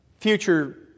future